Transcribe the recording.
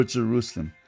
Jerusalem